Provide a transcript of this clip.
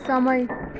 समय